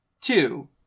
Two